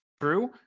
true